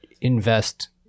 invest